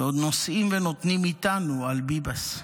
ועוד נושאים ונותנים איתנו על ביבס,